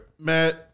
Matt